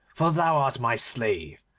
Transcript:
for thou art my slave,